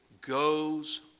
goes